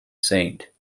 saint